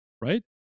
right